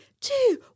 two